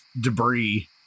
debris